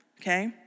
okay